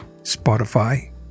Spotify